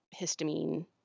histamine